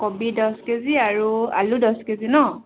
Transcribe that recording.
কবি দহ কেজি আৰু আলু দছ কেজি ন'